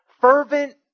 fervent